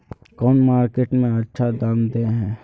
कौन मार्केट में अच्छा दाम दे है?